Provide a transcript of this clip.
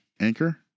anchor